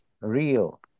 real